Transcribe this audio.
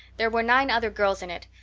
there were nine other girls in it.